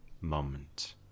moment